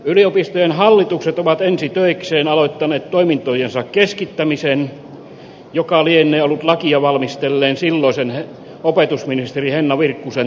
yliopistojen hallitukset ovat ensi töikseen aloittaneet toimintojensa keskittämisen mikä lienee ollut lakia valmistelleen silloisen opetusministeri henna virkkusen tarkoituskin